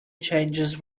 changes